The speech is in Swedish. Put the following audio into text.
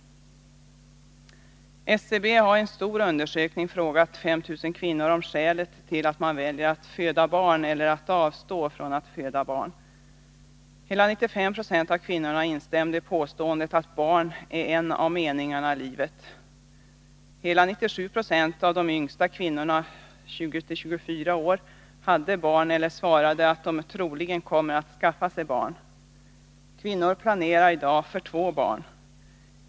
SCB har i en stor undersökning frågat 5 000 kvinnor om skälet till att de väljer att föda barn eller avstår från att föda barn. Hela 95 96 av kvinnorna instämde i påståendet att barn är en av meningarna i livet. Hela 97 90 av de yngsta kvinnorna, de i åldern 20-24 år, hade barn eller svarade att de troligen kommer att skaffa sig barn. Kvinnor planerar i dag för två barn.